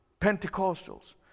Pentecostals